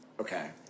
okay